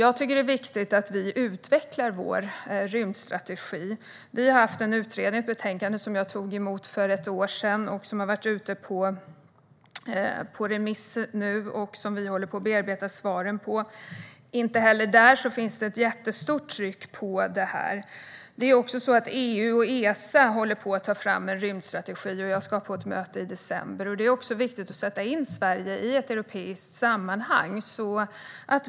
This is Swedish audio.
Jag tycker att det är viktigt att vi utvecklar vår rymdstrategi. För ett år sedan tog jag emot ett betänkande som sedan har varit ute på remiss, och vi håller nu på att bearbeta svaren. Inte heller där finns något jättestort tryck. Även EU och Esa håller på att ta fram en rymdstrategi. Jag ska på ett möte om detta i december. Det är viktigt att sätta in Sverige i ett europeiskt sammanhang.